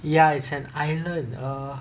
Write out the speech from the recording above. ya it's an island err